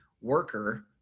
worker